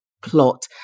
plot